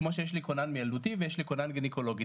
כמו שיש לי כונן מילדותי וכונן גניקולוגי.